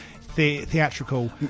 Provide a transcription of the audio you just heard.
theatrical